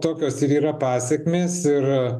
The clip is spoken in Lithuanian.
tokios ir yra pasekmės ir